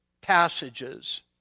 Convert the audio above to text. passages